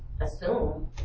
assume